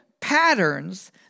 patterns